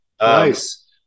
Nice